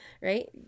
right